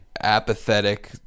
apathetic